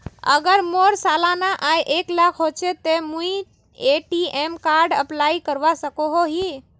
अगर मोर सालाना आय एक लाख होचे ते मुई ए.टी.एम कार्ड अप्लाई करवा सकोहो ही?